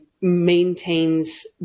maintains